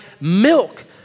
milk